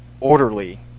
orderly